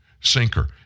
sinker